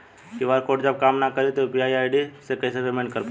QR code जब काम ना करी त यू.पी.आई आई.डी से कइसे पेमेंट कर पाएम?